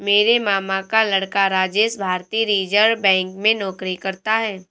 मेरे मामा का लड़का राजेश भारतीय रिजर्व बैंक में नौकरी करता है